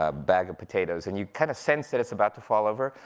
ah bag of potatoes, and you kind of sense that it's about to fall over,